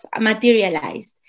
materialized